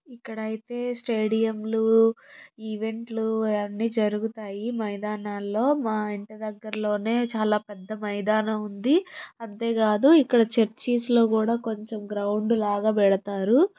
ఇక్కడ అయితే స్టేడియంలు ఈవెంట్లు అన్ని జరుగుతాయి మైదానాల్లో మా ఇంటి దగ్గరలోనే చాలా పెద్ద మైదానం ఉంది అంతేకాదు ఇక్కడ చర్చీస్లో కూడా కొంచెం గ్రౌండ్ లాగా పెడతారు